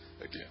again